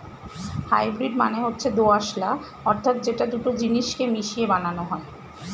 hybrid মানে হচ্ছে দোআঁশলা অর্থাৎ যেটা দুটো জিনিস কে মিশিয়ে বানানো হয়